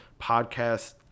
podcast